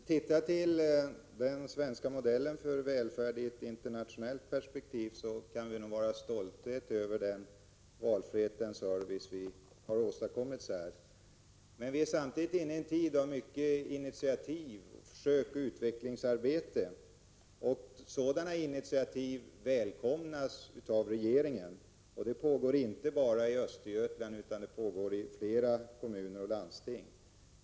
Herr talman! Om vi ser på den svenska modellen för välfärd i ett internationellt perspektiv, kan vi nog vara stolta över den valfrihet och service som vi har åstadkommit. Vi är inne i en tid av mycket initiativ, försök och utvecklingsarbete, och sådant välkomnas av regeringen. Arbete pågår inte bara i Östergötlands län, utan i flera kommuner och landsting i andra län.